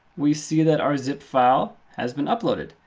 we see that our zip file has been uploaded.